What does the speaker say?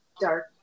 dark